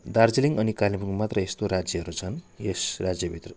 दार्जिलिङ अनि कालेबुङ मात्र यस्तो राज्यहरू छन् यस राज्यभित्र